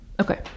Okay